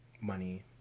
money